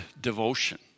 devotion